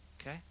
Okay